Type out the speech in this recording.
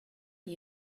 igl